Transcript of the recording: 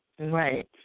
Right